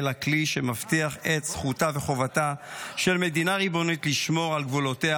אלא כלי שמבטא את זכותה וחובתה של מדינה ריבונית לשמור על גבולותיה,